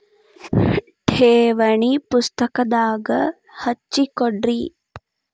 ಠೇವಣಿ ಪುಸ್ತಕದಾಗ ಹಚ್ಚಿ ಕೊಡ್ರಿ